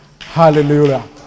Hallelujah